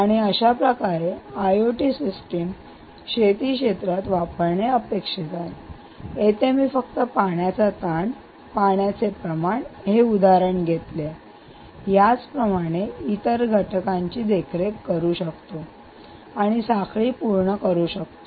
आणि अशाप्रकारे IOT system शेती क्षेत्रात वापरणे अपेक्षित आहे येथे मी फक्त पाण्याचा ताण पाण्याचे प्रमाण हे उदाहरण घेतले आहे याप्रमाणेच इतर घटकांची देखरेख करू शकतो आणि साखळी पूर्ण करू शकतो